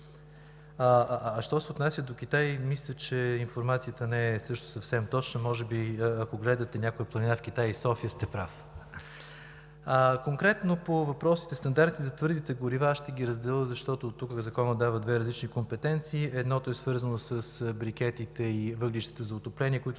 Що се отнася до Китай, мисля, че информацията не е също съвсем точна. Може би, ако гледате някоя планина в Китай и в София сте прав. Конкретно по въпросните стандарти за твърдите горива аз ще ги разделя, защото Законът дава две различни компетенции. Едната е свързана с брикетите и въглищата за отопление, които